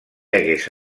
hagués